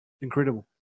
Incredible